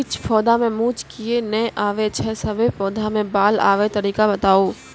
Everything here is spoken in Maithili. किछ पौधा मे मूँछ किये नै आबै छै, सभे पौधा मे बाल आबे तरीका बताऊ?